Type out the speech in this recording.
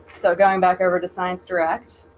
so going back over to sciencedirect